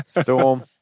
Storm